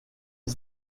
est